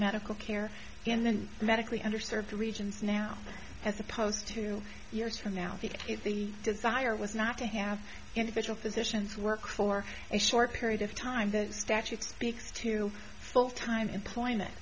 medical care in the medically underserved regions now as opposed to years from now if the desire was not to have individual physicians work for a short period of time that statute speaks to full time employment